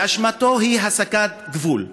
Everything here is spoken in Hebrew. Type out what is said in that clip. ואשמתו היא הסגת גבול.